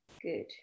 good